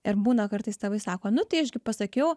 ir būna kartais tėvai sako nu tai aš gi pasakiau